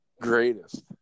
Greatest